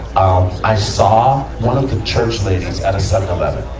um, i saw one of the church ladies at a seven eleven,